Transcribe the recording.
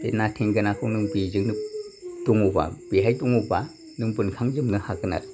बे ना थेंगोनाखौ नों बेजोंनो दङबा बेहाय दङबा नों बोनखांजोबनो हागोन आरो